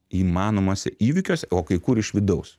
įmanomuose įvykiuose o kai kur iš vidaus